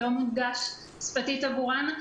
לא מונגש שפתית עבורן.